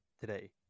today